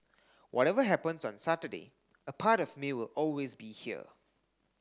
whatever happens on Saturday a part of me will always be here